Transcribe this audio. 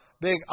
big